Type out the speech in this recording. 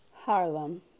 Harlem